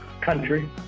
Country